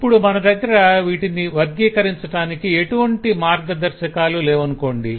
ఇప్పుడు మన దగ్గర వీటిని వర్గీకరించటానికి ఎటువంటి మార్గదర్శకాలు లేవనుకోండి